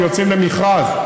ויוצאים למכרז,